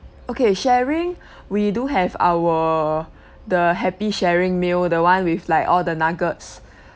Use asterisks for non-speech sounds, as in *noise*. okay sharing *breath* we do have our the happy sharing meal the one with like all the nuggets